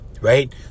right